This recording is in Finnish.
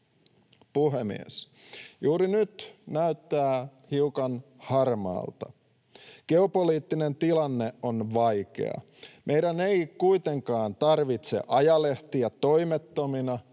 Puhemies! Juuri nyt näyttää hiukan harmaalta. Geopoliittinen tilanne on vaikea. Meidän ei kuitenkaan tarvitse ajelehtia toimettomina